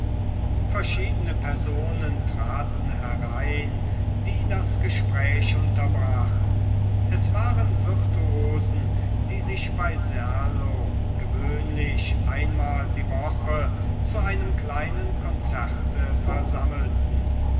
verschiedene personen traten herein die das gespräch unterbrachen es waren virtuosen die sich bei serlo gewöhnlich einmal die woche zu einem kleinen konzerte versammelten